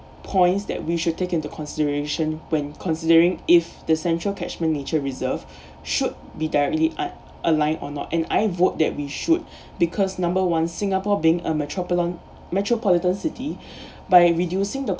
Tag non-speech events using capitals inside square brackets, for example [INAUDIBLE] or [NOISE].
points that we should take into consideration when considering if the central catchment nature reserve should be directly al~ alignment or not and I vote that we should because number one singapore being a metropolitan~ metropolitan city [BREATH] by reducing the